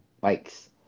bikes